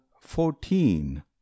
fourteen